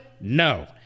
No